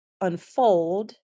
unfold